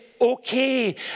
okay